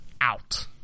out